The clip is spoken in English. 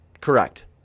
Correct